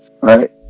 right